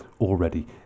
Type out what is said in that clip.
Already